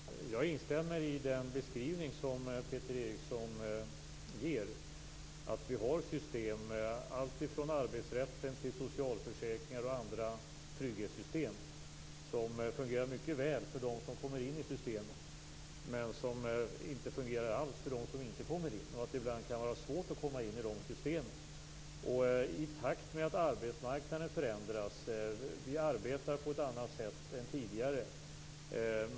Fru talman! Jag instämmer i den beskrivning som Peter Eriksson ger, dvs. att vi har system, alltifrån arbetsrätten till socialförsäkringar och andra trygghetssystem, som fungerar väl för dem som kommer in i systemen men som inte fungerar alls för dem som inte kommer in. Det kan ibland vara svårt att komma in i systemen i takt med att arbetsmarknaden förändras. Vi arbetar på ett annat sätt än tidigare.